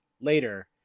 later